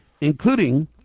including